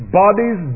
bodies